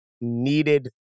needed